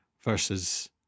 versus